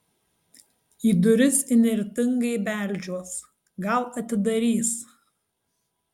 į duris įnirtingai beldžiuos gal atidarys